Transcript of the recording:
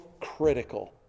critical